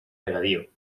regadío